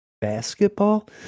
basketball